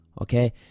Okay